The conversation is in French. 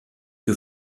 que